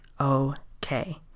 okay